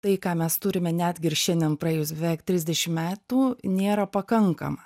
tai ką mes turime netgi ir šiandien praėjus beveik trisdešim metų nėra pakankama